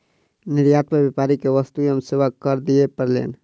निर्यात पर व्यापारी के वस्तु एवं सेवा कर दिअ पड़लैन